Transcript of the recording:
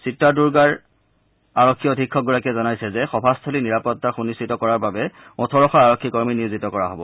চিত্ৰাৰদূৰ্গাৰ আৰক্ষী অধীক্ষক গৰাকীয়ে জনাইছে যে সভাস্থলী নিৰাপত্তা সুনিশ্চিত কৰাৰ বাবে ওঠৰশ আৰক্ষী কৰ্মী নিয়োজিত কৰা হব